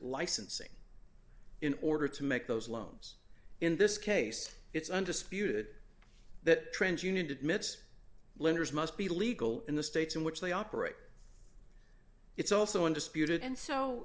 licensing in order to make those loans in this case it's undisputed that trend unit admits lenders must be legal in the states in which they operate it's also undisputed and so